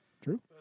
True